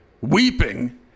weeping